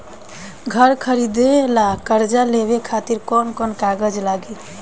घर खरीदे ला कर्जा लेवे खातिर कौन कौन कागज लागी?